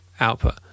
output